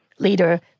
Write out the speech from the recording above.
Leader